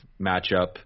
matchup